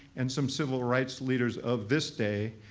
and some civil rights leaders of this day,